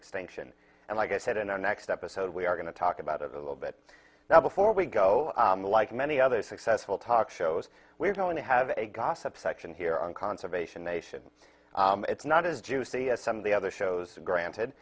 extinction and i guess that in our next episode we are going to talk about it a little bit now before we go to like many other successful talk shows we're going to have a gossip section here on conservation nation it's not as juicy as some of the other shows granted